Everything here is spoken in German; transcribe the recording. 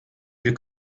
wir